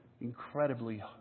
incredibly